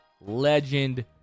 legend